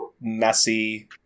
messy